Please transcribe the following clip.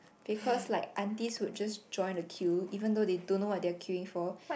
because like aunties would just join the queue even though they don't know what they were queuing for